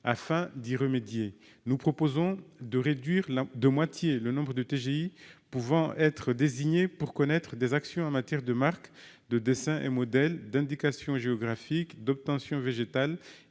Afin d'y remédier, nous proposons de réduire de moitié le nombre de TGI pouvant être désignés pour connaître des actions en matière de marques, de dessins et modèles, d'indications géographiques, d'obtentions végétales